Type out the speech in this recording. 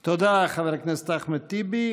תודה, חבר הכנסת אחמד טיבי.